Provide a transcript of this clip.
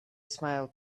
smiled